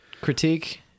critique